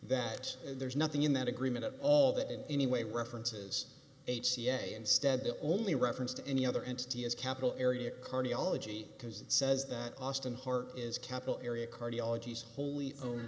that there's nothing in that agreement of all that in any way references h c a instead the only reference to any other entity is capital area cardiology because it says that austin heart is capital area cardiology is wholly owne